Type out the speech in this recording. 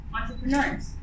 entrepreneurs